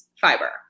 fiber